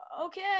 okay